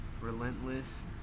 relentless